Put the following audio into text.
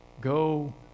go